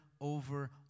over